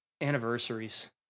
Anniversaries